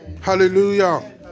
Hallelujah